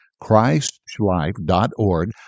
Christ-life.org